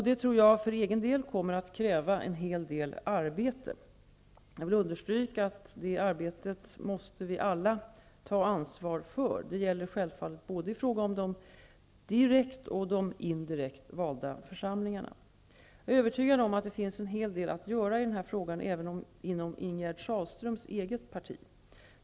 Det tror jag för egen del kommer att kräva en hel del arbete. Jag vill understryka att vi alla måste ta ansvar för det arbetet. Det gäller självfallet i fråga om både de direkt och de indirekt valda församlingarna. Jag är övertygad om att det finns en hel del att göra i denna fråga även inom Ingegerd Sahlströms eget parti.